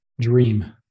dream